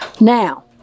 Now